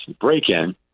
break-in